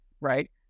right